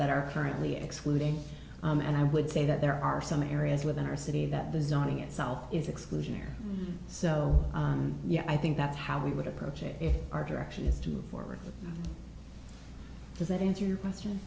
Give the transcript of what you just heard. that are currently excluding and i would say that there are some areas within our city that the zoning itself is exclusionary so yeah i think that's how we would approach it if our direction is to move forward does that answer your question